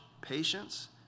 patience